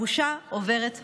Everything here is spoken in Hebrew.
הבושה עוברת למטרידים.